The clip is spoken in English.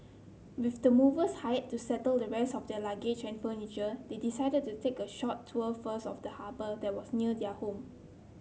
with the movers hired to settle the rest of their luggage and furniture they decided to take a short tour first of the harbour that was near their home